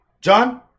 John